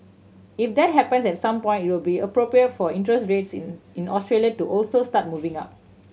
if that happens at some point it will be appropriate for interest rates in in Australia to also start moving up